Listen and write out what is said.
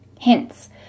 Hints